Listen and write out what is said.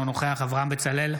אינו נוכח אברהם בצלאל,